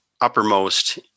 uppermost